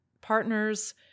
partners